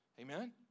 Amen